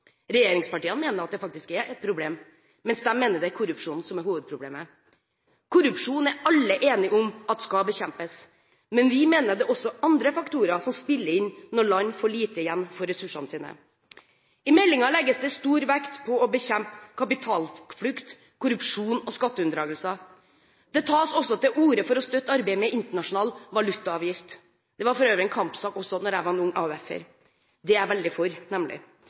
Regjeringspartiene mener det faktisk er et problem, mens de mener det er korrupsjon som er hovedproblemet. Alle er enige om at korrupsjon skal bekjempes, men vi mener det også er andre faktorer som spiller inn når land får lite igjen for ressursene sine. I meldingen legges det stor vekt på å bekjempe kapitalflukt, korrupsjon og skatteunndragelser. Det tas også til orde for å støtte arbeidet med internasjonal valutaavgift – som for øvrig også var en kampsak da jeg var ung AUF-er. Dette er jeg nemlig veldig for.